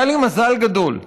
היה לי מזל גדול.